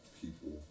people